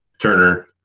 Turner